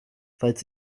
falls